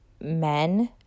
men